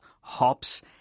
hops